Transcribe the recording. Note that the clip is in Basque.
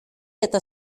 eta